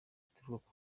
bituruka